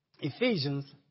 Ephesians